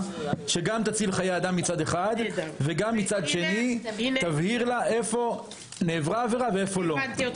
היא נמצאת שם, היא יכולה להגיד לנו איפה זה עומד.